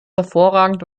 hervorragend